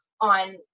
on